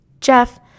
Jeff